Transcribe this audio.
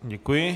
Děkuji.